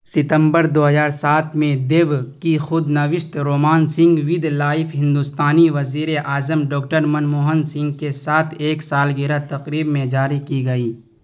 ستمبر دو ہزار سات میں دیو کی خود نوشت رومانسنگ ود لائف ہندوستانی وزیر اعظم ڈاکٹر منموہن سنگھ کے ساتھ ایک سالگرہ تقریب میں جاری کی گئی